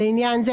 לעניין זה,